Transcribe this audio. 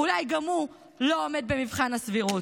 אולי גם הוא לא עומד במבחן הסבירות.